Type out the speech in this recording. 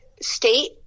state